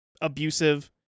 Abusive